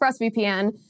ExpressVPN